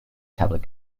tablet